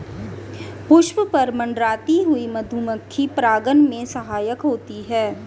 पुष्प पर मंडराती हुई मधुमक्खी परागन में सहायक होती है